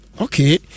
Okay